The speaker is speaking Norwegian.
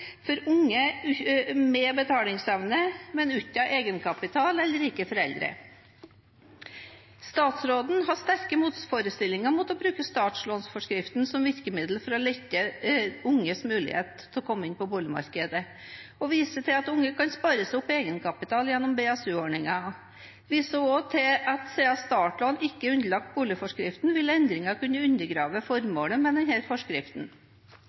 for unge med betalingsevne, men uten egenkapital eller rike foreldre. Statsråden har sterke motforestillinger mot å bruke startlånsforskriften som virkemiddel for å lette unges mulighet til å komme inn på boligmarkedet, og viser til at unge kan spare seg opp egenkapital gjennom BSU-ordningen. Hun viser også til at siden startlån ikke er underlagt boliglånsforskriften, vil endringen kunne undergrave formålet med denne forskriften.